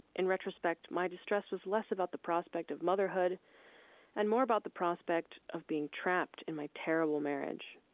in retrospect, my distress was less about the prospect of motherhood and more about the prospect of being trapped in my terrible marriage.